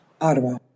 Ottawa